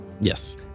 Yes